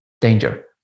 danger